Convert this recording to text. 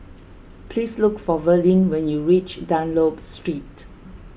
please look for Verlin when you reach Dunlop Street